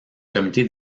comité